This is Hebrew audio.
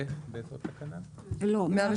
לא.